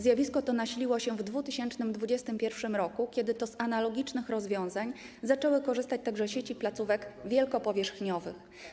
Zjawisko to nasiliło się w 2021 r., kiedy to z analogicznych rozwiązań zaczęły korzystać także sieci placówek wielkopowierzchniowych.